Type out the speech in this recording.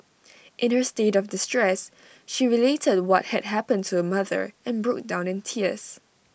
in her state of distress she related what had happened to her mother and broke down in tears